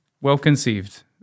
well-conceived